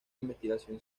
investigación